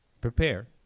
Prepare